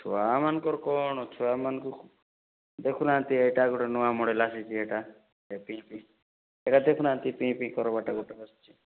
ଛୁଆମାନଙ୍କର କ'ଣ ଛୁଆମାନଙ୍କୁ ଦେଖୁନାହାନ୍ତି ଏଇଟା ଗୋଟେ ନୂଆ ମଡ଼େଲ୍ ଆସିଛି ଏଇଟା ପିଇଁ ପିଇଁ ଏଇଟା ଦେଖୁନାହାନ୍ତି ପିଇଁ ପିଇଁ କରିବାଟା ଗୋଟେ ଆସିଛି